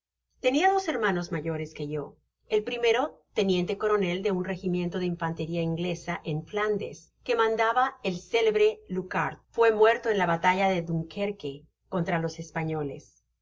dos hermanos mayores que yo el primero teniente coronel de un regimiento de infanteria inglesa en flandes que mandába el célebre luckart fué muerto en la batalla de dunkerque contra los españoles